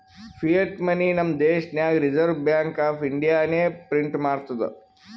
fiat money ನಮ್ ದೇಶನಾಗ್ reserve bank of ಇಂಡಿಯಾನೆ ಪ್ರಿಂಟ್ ಮಾಡ್ತುದ್